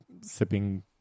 sipping